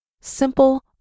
Simple